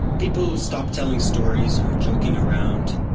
people stopped telling stories or joking around,